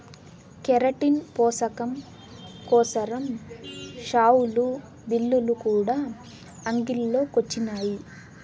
keratin పోసకం కోసరం షావులు, బిల్లులు కూడా అంగిల్లో కొచ్చినాయి